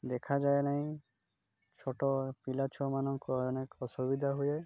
ଦେଖାଯାଏ ନାଇଁ ଛୋଟ ପିଲା ଛୁଆମାନଙ୍କ ଅନେକ ଅସୁବିଧା ହୁଏ